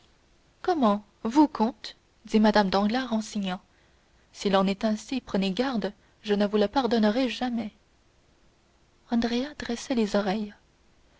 comment vous comte dit mme danglars en signant s'il en est ainsi prenez garde je ne vous le pardonnerai jamais andrea dressait les oreilles